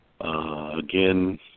Again